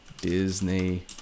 Disney